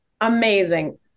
Amazing